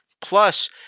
Plus